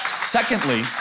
Secondly